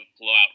blowout